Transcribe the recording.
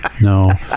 No